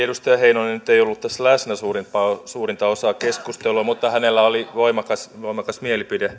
edustaja heinonen nyt ei ollut tässä läsnä suurinta osaa suurinta osaa keskustelua mutta hänellä oli voimakas voimakas mielipide